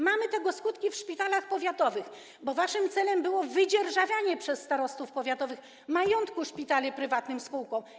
Mamy tego skutki w szpitalach powiatowych, bo waszym celem było wydzierżawianie przez starostów powiatowych majątku szpitali prywatnym spółkom.